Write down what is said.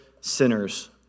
sinners